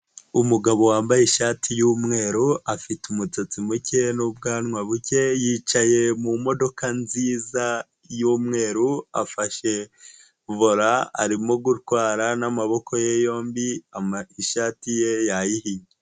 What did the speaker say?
Umugabo wambaye ishati y'umweru, afite umusatsi muke n'ubwanwa buke, yicaye mu modoka nziza y'umweru, afashe vora arimo gutwara n'amaboko ye yombi ama ishati ye yayihinnye.